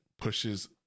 pushes